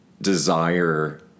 desire